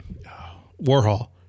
Warhol